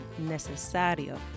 necesario